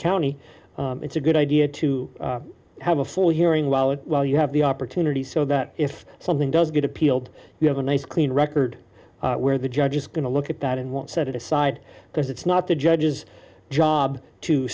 county it's a good idea to have a full hearing loud while you have the opportunity so that if something does get appealed you have a nice clean record where the judge is going to look at that and won't set it aside because it's not the judge's job to